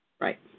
Right